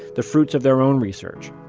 the fruits of their own research.